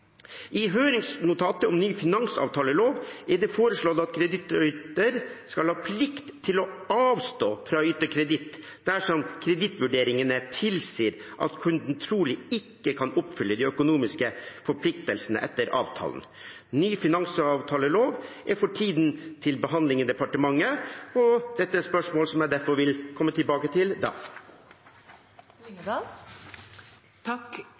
I høringsnotatet om ny finansavtalelov er det foreslått at kredittyter skal ha plikt til å avstå fra å yte kreditt dersom kredittvurderingene tilsier at kunden trolig ikke kan oppfylle de økonomiske forpliktelsene etter avtalen. Ny finansavtalelov er for tiden til behandling i departementet, og dette er spørsmål som jeg derfor vil komme tilbake til